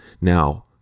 Now